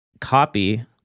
copy